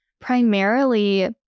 primarily